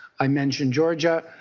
i mentioned georgia.